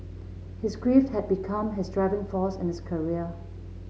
his grief had become his driving force in his career